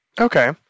Okay